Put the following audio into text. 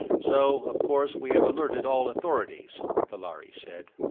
so of course we have alerted all authorities, the lhari said.